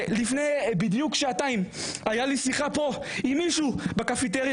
בדיוק לפני שעתיים הייתה לי שיחה עם מישהו בקפיטריה